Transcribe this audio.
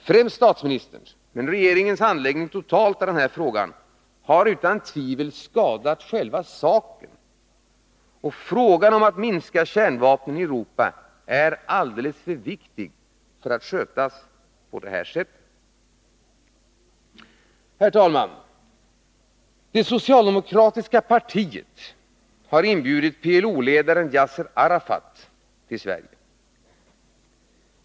Främst statsministerns men också regeringens handläggning totalt av denna fråga har utan tvivel skadat själva saken. Frågan om att minska kärnvapnen i Europa är alldeles för viktig för att skötas på det här sättet. Herr talman! Det socialdemokratiska partiet har inbjudit PLO-ledaren Yasser Arafat till Sverige.